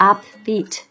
Upbeat